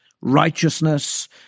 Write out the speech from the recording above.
Righteousness